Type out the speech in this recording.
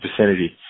vicinity